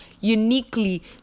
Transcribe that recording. uniquely